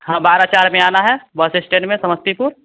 हाँ बारा चार में आना है बस स्टैंट में समस्तीपुर